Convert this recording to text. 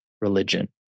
religion